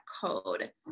code